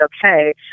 okay